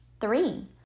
Three